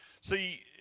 See